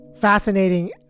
fascinating